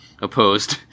opposed